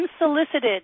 unsolicited